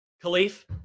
Khalif